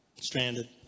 stranded